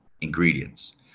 ingredients